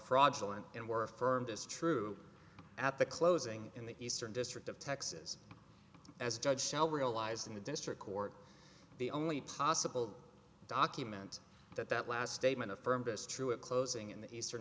fraudulent and were firm this true at the closing in the eastern district of texas as a judge shall realize in the district court the only possible document that that last statement affirmed as true at closing in the eastern